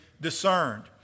discerned